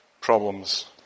problems